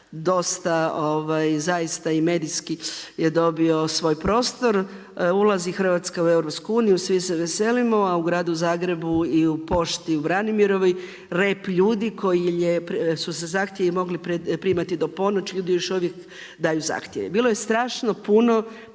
dosta i medijski je dobio svoj prostor, ulazi Hrvatska u EU, svi se veselimo, a u gradu Zagrebu i u pošti u Branimirovoj rep ljudi koji su se zahtjevi mogli primati do ponoći, ljudi još uvijek daju zahtjeve. Bilo je strašno puno